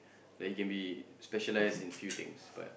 like you can be specialised in a few things but